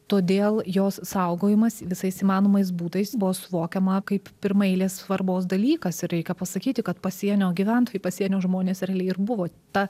todėl jos saugojimas visais įmanomais būdais buvo suvokiama kaip pirmaeilės svarbos dalykas ir reikia pasakyti kad pasienio gyventojų pasienio žmonės realiai ir buvo ta